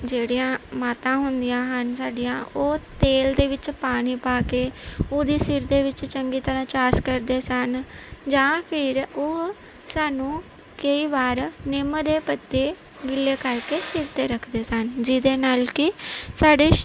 ਜਿਹੜੀਆਂ ਮਾਤਾ ਹੁੰਦੀਆਂ ਹਨ ਸਾਡੀਆਂ ਉਹ ਤੇਲ ਦੇ ਵਿੱਚ ਪਾਣੀ ਪਾ ਕੇ ਉਹਦੀ ਸਿਰ ਦੇ ਵਿੱਚ ਚੰਗੀ ਤਰ੍ਹਾਂ ਚਾਸ ਕਰਦੇ ਸਨ ਜਾਂ ਫਿਰ ਉਹ ਸਾਨੂੰ ਕਈ ਵਾਰ ਨਿੰਮ ਦੇ ਪੱਤੇ ਗਿੱਲੇ ਕਰਕੇ ਸਿਰ 'ਤੇ ਰੱਖਦੇ ਸਨ ਜਿਹਦੇ ਨਾਲ ਕਿ ਸਾਡੇ ਸ਼